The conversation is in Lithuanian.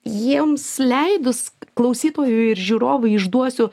jiems leidus klausytojui ir žiūrovui išduosiu